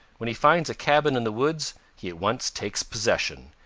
when he finds a cabin in the woods he at once takes possession,